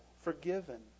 forgiven